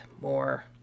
more